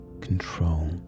control